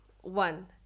One